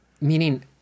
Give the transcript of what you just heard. meaning